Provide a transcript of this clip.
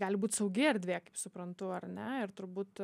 gali būti saugi erdvė kaip suprantu ar ne ir turbūt